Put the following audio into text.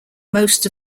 most